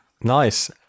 Nice